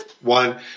one